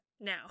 now